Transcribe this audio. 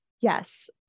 Yes